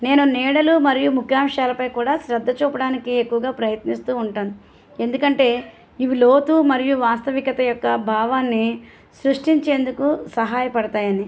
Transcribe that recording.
నేను నీడలు మరియు ముఖ్యాంశాలపై కూడా శ్రద్ధ చూపడానికి ఎక్కువగా ప్రయత్నిస్తూ ఉంటాను ఎందుకంటే ఇవి లోతు మరియు వాస్తవికత యొక్క భావాన్ని సృష్టించేందుకు సహాయపడతాయని